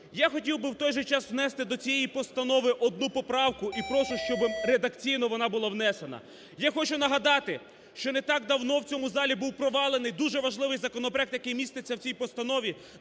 Я хотів би в той же час внести до цієї постанови одну поправку і прошу, щоби редакційно вона була внесена. Я хочу нагадати, що не так давно в цьому залі був провалений дуже важливий законопроект, який міститься в цій постанові